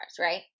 right